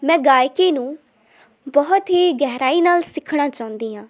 ਮੈਂ ਗਾਇਕੀ ਨੂੰ ਬਹੁਤ ਹੀ ਗਹਿਰਾਈ ਨਾਲ ਸਿੱਖਣਾ ਚਾਹੁੰਦੀ ਹਾਂ